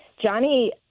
Johnny